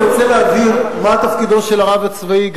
אני רוצה להבהיר מה תפקידו של הרב הצבאי,